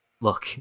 look